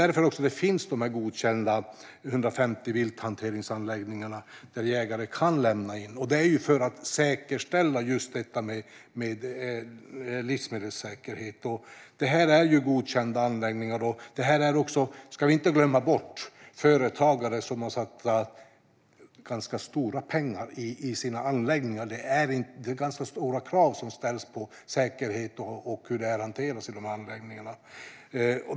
Det är också därför de 150 godkända vilthanteringsanläggningarna, där jägare kan lämna in, finns, och det är för att säkerställa just livsmedelssäkerheten. Det är godkända anläggningar. Och vi ska inte glömma bort att företagare har satsat ganska stora summor i sina anläggningar. Det ställs stora krav på säkerhet och hur köttet ska hanteras i anläggningarna.